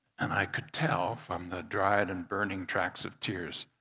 and i could tell from the dried and burning tracks of tears